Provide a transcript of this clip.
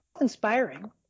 inspiring